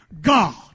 God